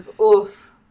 oof